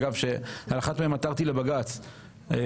אגב שעל אחת מהן עתרתי לבג"צ וכמובן